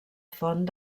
font